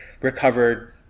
recovered